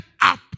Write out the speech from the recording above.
up